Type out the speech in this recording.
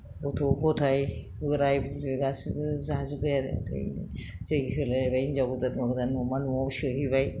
गथ' गथाइ बोराय बुरै गासैबो जाजोब्बाय आरो जै होलायलायबाय हिनजाव गोदान हौवा गोदान नमा न'आव सोहैबाय